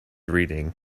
reading